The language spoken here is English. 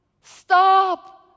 stop